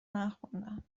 نخوندم